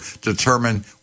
determine